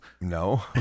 No